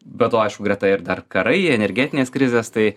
be to aišku greta ir dar karai energetinės krizės tai